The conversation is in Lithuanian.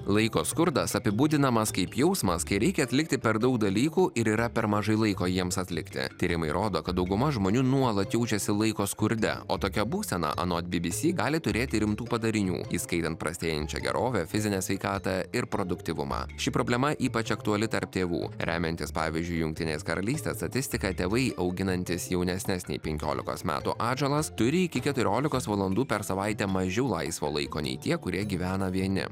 laiko skurdas apibūdinamas kaip jausmas kai reikia atlikti per daug dalykų ir yra per mažai laiko jiems atlikti tyrimai rodo kad dauguma žmonių nuolat jaučiasi laiko skurde o tokia būsena anot bbc gali turėti rimtų padarinių įskaitant prastėjančią gerovę fizinę sveikatą ir produktyvumą ši problema ypač aktuali tarp tėvų remiantis pavyzdžiui jungtinės karalystės statistika tėvai auginantys jaunesnes nei penkiolikos metų atžalas turi iki keturiolikos valandų per savaitę mažiau laisvo laiko nei tie kurie gyvena vieni